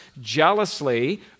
jealously